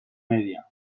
media